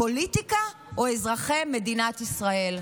הפוליטיקה או אזרחי מדינת ישראל.